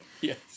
Yes